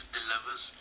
delivers